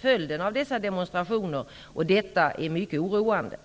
följden av dessa demonstrationer, och detta är mycket ororande.